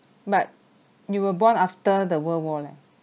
but you were born after the world war leh